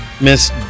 Miss